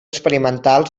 experimental